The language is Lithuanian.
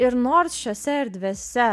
ir nors šiose erdvėse